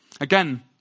Again